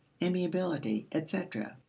amiability, etc.